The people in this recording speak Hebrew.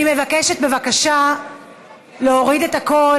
מבקשת, בבקשה להוריד את הקול,